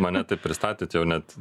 mane taip pristatėt jau net